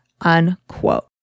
unquote